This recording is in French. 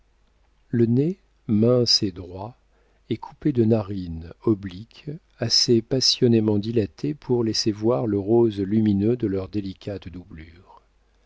le nez mince et droit est coupé de narines obliques assez passionnément dilatées pour laisser voir le rose lumineux de leur délicate doublure